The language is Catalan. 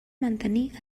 mantenir